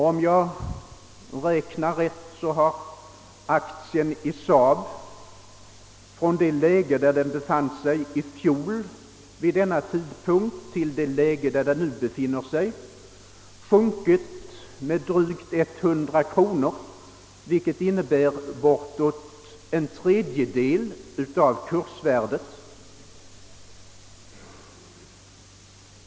Om jag minns rätt, har en aktie i SAAB från det värde den hade vid denna tidpunkt i fjol sjunkit med drygt 100 kronor till i dag, d. v. s. med bortåt en tredjedel av kurs värdet.